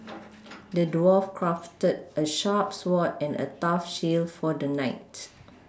the dwarf crafted a sharp sword and a tough shield for the knight